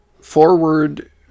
Forward